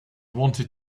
wanted